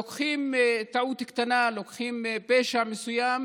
לוקחים טעות קטנה או פשע מסוים,